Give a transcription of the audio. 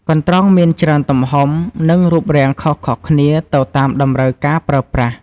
កន្ត្រងមានច្រើនទំហំ និងរូបរាងខុសៗគ្នាទៅតាមតម្រូវការប្រើប្រាស់។